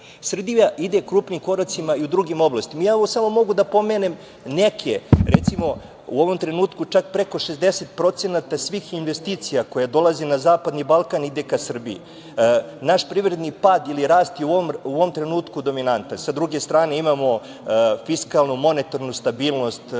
Srbija ide krupnim koracima i u drugim oblastima. Evo, samo mogu da pomenem neke, recimo, u ovom trenutku čak preko 60% svih investicija koje dolaze na zapadni Balkan ide ka Srbiji. Naš privredni pad ili rast je u ovom trenutku dominantan, sa druge strane imamo fiskalnu, monetarnu stabilnost,